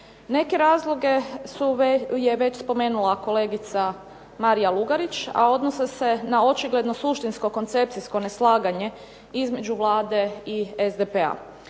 Neke razloge je već spomenula kolegica Marija Lugarić, a odnose se na očigledno suštinsko koncepcijsko neslaganje između Vlade i SDP-a.